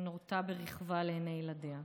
שנורתה ברכבה לעיני ילדיה,